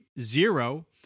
zero